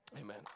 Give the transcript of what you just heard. amen